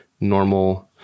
normal